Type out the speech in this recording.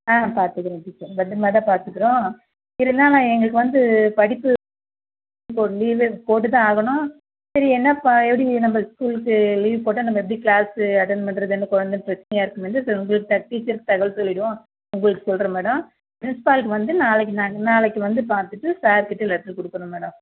ஆ பார்த்துக்குறேன் டீச்சர் பத்திரமாதான் பார்த்துக்குறோம் இல்லைன்னா நான் எங்களுக்கு வந்து படிப்பு இப்போ ஒரு லீவு போட்டுதான் ஆகணும் சரி என்னப்பா எப்படி நம்ம ஸ்கூலுக்கு லீவ் போட்டால் நம்ம எப்படி க்ளாஸ்ஸு அட்டெண்ட் பண்ணுறதுன்னு குழந்தை பிரச்சினையா இருக்குமேன்னு சரி உங்கள்கிட்ட டீச்சருக்கு தகவல் சொல்லிவிடுவோம் உங்களுக்கு சொல்கிறேன் மேடம் ப்ரின்சிப்பாலுக்கு வந்து நாளைக்கு நான் நாளைக்கு வந்து பார்த்துட்டு சார் கிட்டேயும் லெட்ரு கொடுக்குறோம் மேடம்